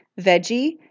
veggie